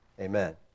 Amen